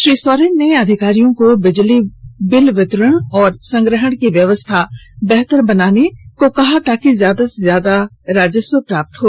श्री सोरेन ने अधिकारियों को बिजली बिल वितरण और संग्रहण की व्यवस्था बेहतर बनाएं ताकि ज्यादा से ज्यादा राजस्व प्राप्त हो